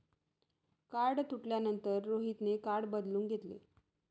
card तुटल्यानंतर रोहितने card बदलून घेतले